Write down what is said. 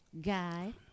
guy